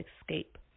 escape